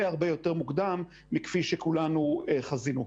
הרבה יותר מוקדם מכפי שכולנו חזינו.